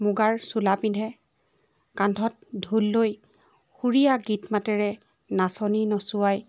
মুগাৰ চোলা পিন্ধে কান্ধত ঢোল লৈ সুৰীয়া গীত মাতেৰে নাচনী নচুৱাই